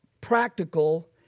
practical